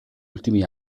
ultimi